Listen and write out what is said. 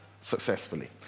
successfully